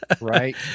Right